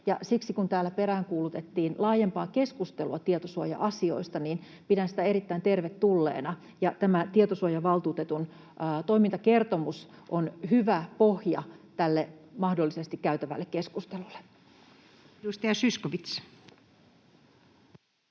siksi, kun täällä peräänkuulutettiin laajempaa keskustelua tietosuoja-asioista, pidän sitä erittäin tervetulleena, ja tämä tietosuojavaltuutetun toimintakertomus on hyvä pohja tälle mahdollisesti käytävälle keskustelulle. [Speech